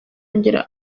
yongera